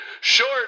short